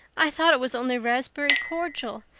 i thought it was only raspberry cordial.